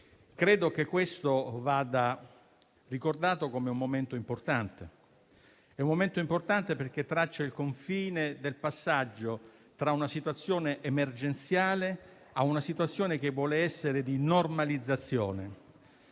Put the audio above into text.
credo che questo vada ricordato come un momento importante, ed è tale perché traccia il confine del passaggio da una situazione emergenziale a una situazione che vuole essere di normalizzazione.